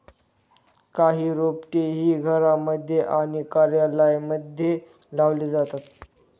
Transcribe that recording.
काही रोपटे ही घरांमध्ये आणि कार्यालयांमध्ये लावली जातात